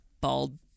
bald